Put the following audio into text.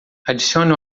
adicione